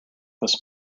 this